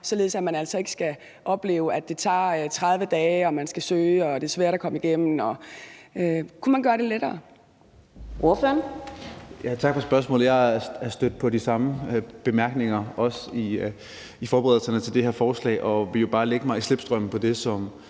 således at man altså ikke skal opleve, at det tager 30 dage, og at man skal søge, og at det er svært at komme igennem? Kunne man gøre det lettere?